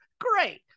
great